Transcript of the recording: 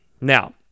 Now